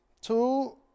two